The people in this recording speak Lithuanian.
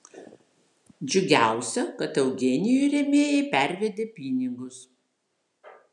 džiugiausia kad eugenijui rėmėjai pervedė pinigus